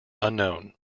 unknown